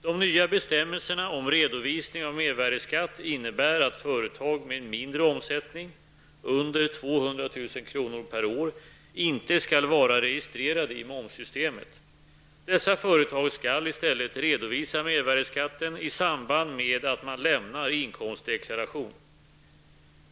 De nya bestämmelserna om redovisning av mervärdeskatt innebär att företag med en mindre omsättning -- under 200 000 kr. per år -- inte skall vara registrerade i momssystemet. Dessa företag skall i stället redovisa mervärdeskatten i samband med att man lämnar inkomstdeklaration.